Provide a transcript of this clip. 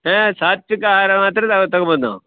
ಹಾಂ ಸಾತ್ವಿಕ ಆಹಾರ ಮಾತ್ರ ನಾವು ತೊಗೊಬೋದು ನಾವು